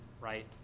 right